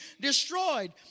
destroyed